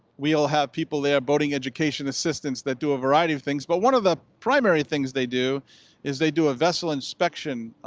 we'll have people there, boating education assistants that do a variety of things. but one of the primary things they do is they do a vessel inspection,